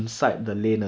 generic